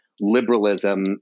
liberalism